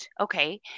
Okay